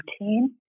routine